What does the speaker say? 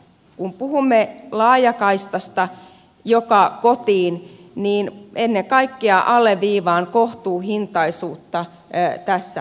kun puhumme laajakaistasta joka kotiin niin ennen kaikkea alleviivaan kohtuuhintaisuutta tässä tapauksessa